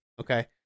Okay